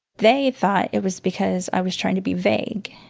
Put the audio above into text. they thought it was because i was trying to be vague.